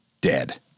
dead